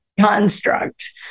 construct